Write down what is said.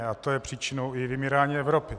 A to je příčinou i vymírání Evropy.